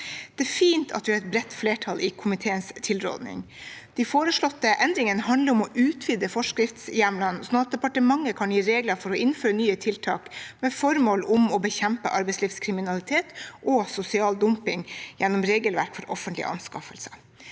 Det er fint at det er et bredt flertall bak komiteens tilrådning. De foreslåtte endringene handler om å utvide forskriftshjemlene, sånn at departementet kan gi regler for å innføre nye tiltak med formål om å bekjempe arbeidslivskriminalitet og sosial dumping gjennom regelverket for offentlige anskaffelser.